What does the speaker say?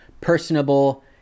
personable